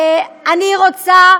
נקודה.